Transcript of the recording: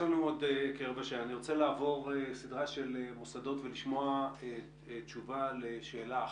אני רוצה לעבור סדרה של מוסדות ולשמוע תשובה לשאלה אחת,